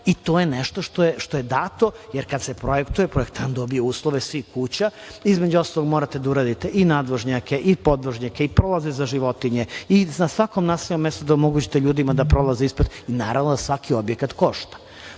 To je nešto što je dato jer kada se projektuje, projektant dobije uslove svih kuća. Između ostalog morate da uradite i nadvožnjake i podvožnjake i prolaze za životinje i na svakom naseljenom mestu da omogućite ljudima da prolaze ispod i naravno da svaki objekat košta. Prema